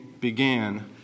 began